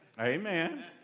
Amen